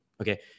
Okay